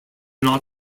not